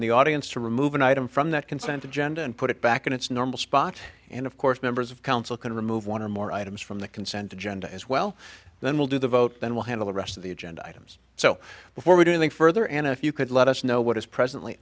in the audience to remove an item from that consent agenda and put it back in its normal spot and of course members of council can remove one or more items from the consent agenda as well then we'll do the vote then we'll have the rest of the agenda items so before we do anything further and if you could let us know what is presently